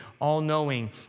all-knowing